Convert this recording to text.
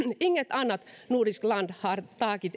inget annat nordiskt land har